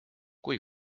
kui